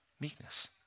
Meekness